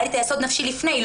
היה לי את היסוד הנפשי לפני,